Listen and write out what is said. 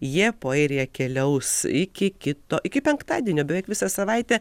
jie po airiją keliaus iki kito iki penktadienio beveik visą savaitę